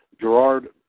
Gerard